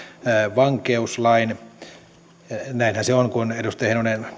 van keuslain näinhän se on kuin edustaja heinonen